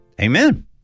Amen